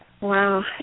Wow